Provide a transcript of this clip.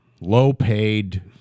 low-paid